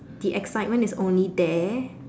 the excitement is only there